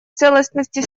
целостности